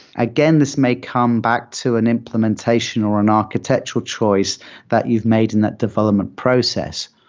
again, this may come back to an implementation or an architectural choice that you've made in that development process.